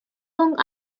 kong